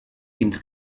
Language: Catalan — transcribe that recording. fins